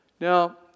Now